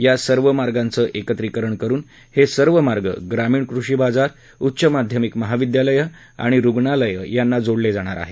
या सर्व मार्गांचं एकत्रीकरण करुन हे सर्व मार्ग ग्रामीण कृषी बाजार उच्च माध्यमिक महाविद्यालयं रुग्णालयं यांना जोडले जाणार आहेत